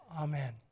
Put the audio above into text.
Amen